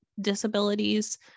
disabilities